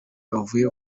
bavuye